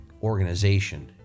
organization